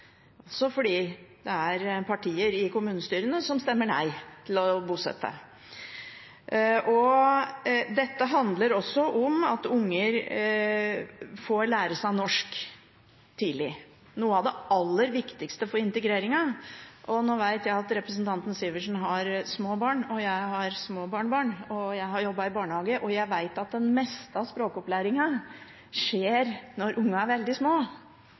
også fordi det er partier i kommunestyrene som stemmer nei til å bosette. Dette handler også om at unger får lære seg norsk tidlig, det er noe av det aller viktigste for integreringen. Jeg vet at representanten Sivertsen har små barn, og jeg har små barnebarn. Jeg har jobbet i barnehage, og jeg vet at det meste av språkopplæringen skjer når ungene er veldig små,